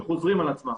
שחוזרים על עצמם.